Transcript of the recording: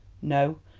no,